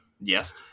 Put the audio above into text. Yes